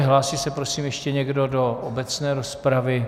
Hlásí se prosím ještě někdo do obecné rozpravy?